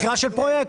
מכירה של פרויקט.